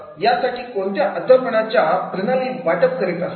यासाठी कोणत्या अध्यापनाच्या प्रणालीचा वापर करीत असतात